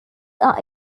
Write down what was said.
are